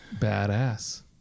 badass